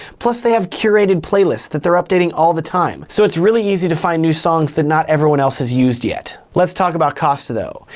plus, they have curated playlists that they're updating all the time. so it's really easy to find new songs that not everyone else has used yet. let's talk about costs, though.